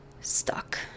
stuck